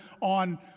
on